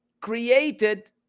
created